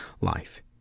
life